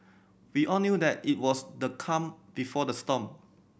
we all knew that it was the calm before the storm